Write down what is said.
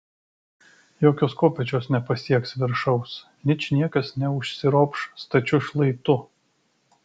jokios kopėčios nepasieks viršaus ničniekas neužsiropš stačiu šlaitu